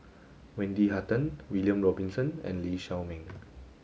Wendy Hutton William Robinson and Lee Shao Meng